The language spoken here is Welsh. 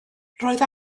roedd